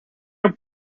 are